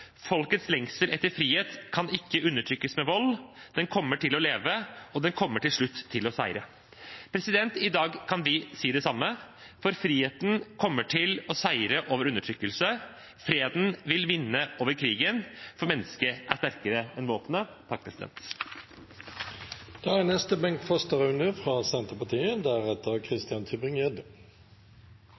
lengsel etter frihet kan ikke undertrykkes ved vold. Den kommer til å leve, og den kommer til slutt til å seire.» I dag kan vi si det samme, for friheten kommer til å seire over undertrykkelse, freden vil vinne over krigen, for mennesket er sterkere enn våpenet. Det er